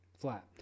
flat